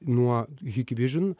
nuo hikvision